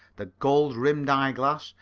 the gold-rimmed eye-glass,